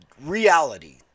reality